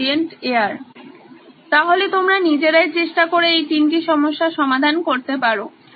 সুতরাং তোমরা নিজেরাই চেষ্টা করে এই তিনটি সমস্যার সমাধান করতে পারো